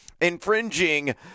infringing